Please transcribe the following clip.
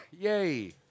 Yay